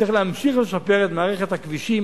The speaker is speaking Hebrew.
צריך להמשיך לשפר את מערכת הכבישים,